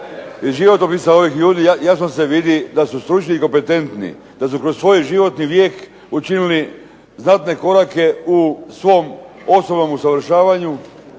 Iz životopisa ovih ljudi jasno se vidi da su stručni i kompetentni, da su kroz svoj životni vijek učinili znatne korake u svom osobnom usavršavanju,